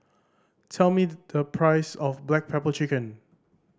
tell me the price of black pepper chicken